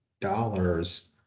Dollars